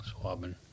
swabbing